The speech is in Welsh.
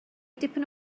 dipyn